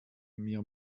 mir